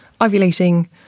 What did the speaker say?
ovulating